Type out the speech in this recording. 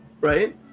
right